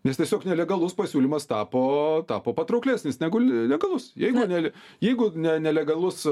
nes tiesiog nelegalus pasiūlymas tapo tapo patrauklesnis negu legalus jeigu nele jeigu ne nelegalus